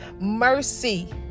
mercy